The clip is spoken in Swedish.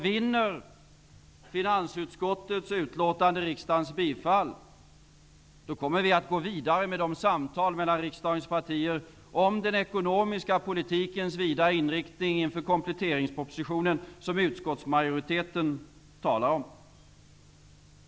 Vinner finansutskottets betänkande riksdagens bifall, kommer vi att gå vidare med de samtal mellan riksdagens partier om den ekonomiska politikens vidare inriktning inför kompletteringspropositionen som utskottsmajoriteten talar om.